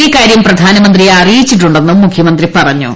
ഇക്കാര്യം പ്രധാനമന്ത്രിയെ അറിയിച്ചിട്ടുണ്ടെന്നും മുഖ്യമന്ത്രി പറഞ്ഞു